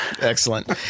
excellent